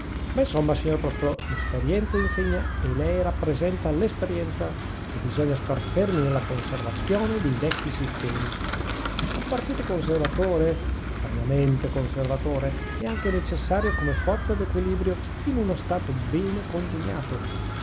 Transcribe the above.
ma insomma signor prospero l'esperienza insegna e lei rappresenta l'esperienza che bisogna star fermi nella conservazione dei vecchi sistemi un partito conservatore saviamente conservatore è anche necessario come forza d'equilibrio in uno stato bene congegnato